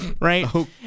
right